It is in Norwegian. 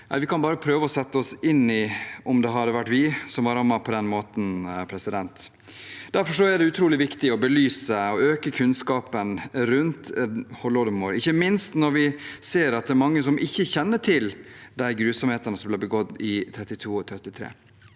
vi kan bare prøve å sette oss inn i hvordan det hadde vært om det var vi som var rammet på den måten. Derfor er det utrolig viktig å belyse og øke kunnskapen rundt holodomor, ikke minst når vi ser at det er mange som ikke kjenner til de grusomhetene som ble begått i 1932 og 1933.